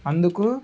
అందుకు